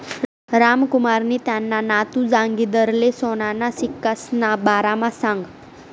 रामकुमारनी त्याना नातू जागिंदरले सोनाना सिक्कासना बारामा सांगं